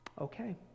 Okay